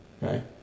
Right